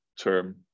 term